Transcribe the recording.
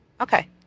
Okay